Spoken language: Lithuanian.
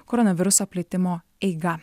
koronaviruso plitimo eiga